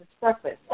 breakfast